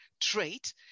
trait